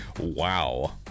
Wow